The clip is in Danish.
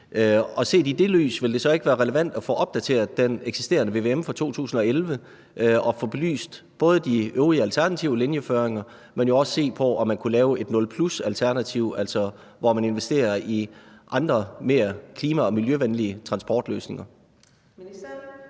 set i det lys så ikke være relevant at få opdateret den eksisterende vvm fra 2011 og få belyst både de øvrige alternative linjeføringer, men også se på, om man kunne lave et nul-plus-alternativ, altså hvor man investerer i andre mere klima- og miljøvenlige transportløsninger?